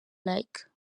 lake